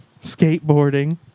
skateboarding